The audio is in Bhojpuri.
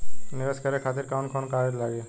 नीवेश करे खातिर कवन कवन कागज लागि?